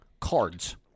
cards